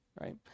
right